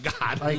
God